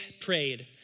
prayed